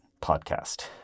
podcast